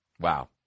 Wow